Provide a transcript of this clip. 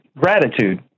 gratitude